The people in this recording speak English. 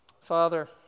Father